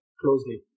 closely